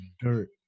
dirt